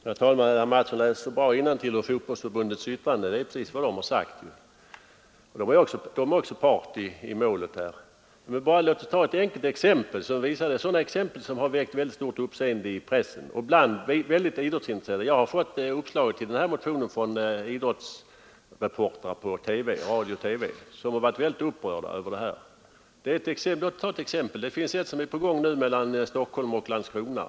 Herr talman! Herr Mattsson i Lane-Herrestad läser bra innantill ur Fotbollförbundets yttrande. Detta är precis vad Fotbollförbundet sagt, och förbundet är också part i målet. Låt mig bara ta ett enkelt exempel — ett exempel av det slag som väckt väldigt stort uppseende i pressen och bland många idrottsintresserade. Jag har fått uppslaget till motionen från idrottsreportrar i radio och TV som har varit väldigt upprörda över det här. Det finns ett fall som är på gång nu mellan Stockholm och Landskrona.